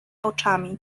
oczami